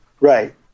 Right